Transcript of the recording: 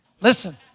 Listen